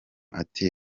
ati